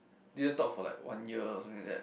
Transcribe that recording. didn't talk for like one year or something like that